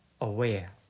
aware